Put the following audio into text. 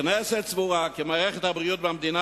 הכנסת סבורה כי מערכת הבריאות במדינה